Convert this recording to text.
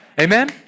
Amen